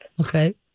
Okay